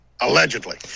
Allegedly